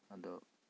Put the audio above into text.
ꯑꯗꯣ